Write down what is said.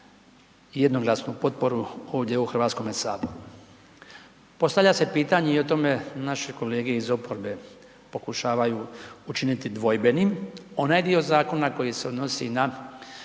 jednoglasnu potporu ovdje u HS. Postavlja se pitanje i o tome naše kolege iz oporbe pokušavaju učiniti dvojbenim onaj dio zakona koji se odnosi na